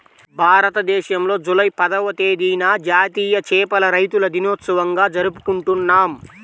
భారతదేశంలో జూలై పదవ తేదీన జాతీయ చేపల రైతుల దినోత్సవంగా జరుపుకుంటున్నాం